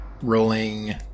rolling